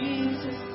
Jesus